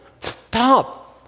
Stop